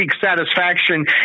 satisfaction